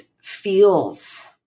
feels